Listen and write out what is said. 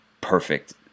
perfect